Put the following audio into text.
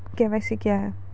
KYC क्या हैं?